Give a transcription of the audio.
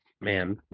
man